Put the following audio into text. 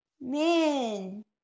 Man